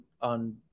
on